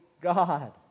God